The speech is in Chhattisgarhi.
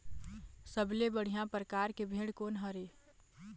सबले बढ़िया परकार के भेड़ कोन हर ये?